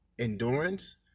endurance